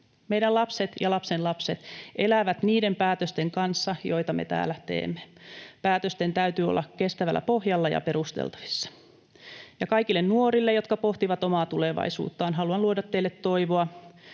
Meidän lapset ja lapsenlapset elävät niiden päätösten kanssa, joita me täällä teemme. Päätösten täytyy olla kestävällä pohjalla ja perusteltavissa. Ja kaikki nuoret, jotka pohtivat omaa tulevaisuuttaan, haluan luoda teille toivoa.